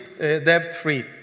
debt-free